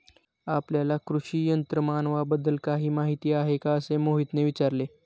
आपल्याला कृषी यंत्रमानवाबद्दल काही माहिती आहे का असे मोहितने विचारले?